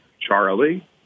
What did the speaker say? Charlie